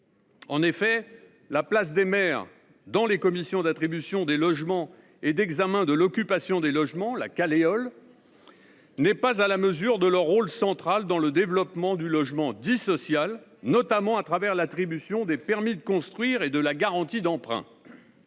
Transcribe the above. En effet, la place des maires dans les commissions d’attribution des logements et d’examen de l’occupation des logements n’est pas à la mesure de leur rôle central dans le développement du logement dit social, notamment à travers l’attribution des permis de construire et des garanties d’emprunt.